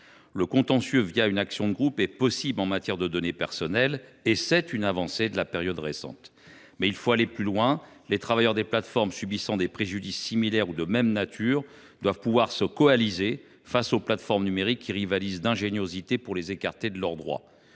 Le contentieux une action de groupe est possible, depuis peu, en matière de données personnelles : il y a là une réelle avancée. Il faut maintenant aller plus loin. Les travailleurs des plateformes subissant des préjudices similaires ou de même nature doivent pouvoir se coaliser face aux plateformes numériques qui rivalisent d’ingéniosité pour les priver de leurs droits.